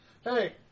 Hey